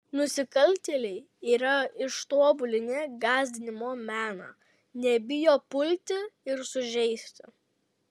nusikaltėliai yra ištobulinę gąsdinimo meną nebijo pulti ir sužeisti